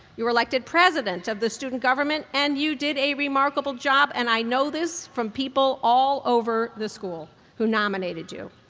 you were elected president of the student government and you did a remarkable job, and i know this from people all over the school who nominated you.